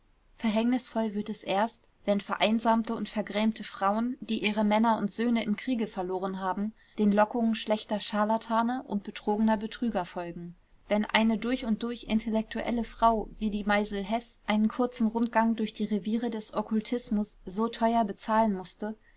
verhängnisvoll wird es erst wenn vereinsamte und vergrämte frauen die ihre männer und söhne im kriege verloren haben den lockungen schlechter charlatane und betrogener betrüger folgen wenn eine durch und durch intellektuelle frau wie die meisel-heß einen kurzen rundgang durch die reviere des okkultismus so teuer bezahlen mußte